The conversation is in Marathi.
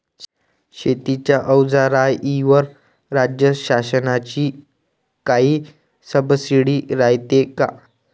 शेतीच्या अवजाराईवर राज्य शासनाची काई सबसीडी रायते का?